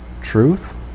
truth